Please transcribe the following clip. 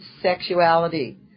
Sexuality